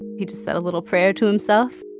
he just said a little prayer to himself,